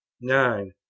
nine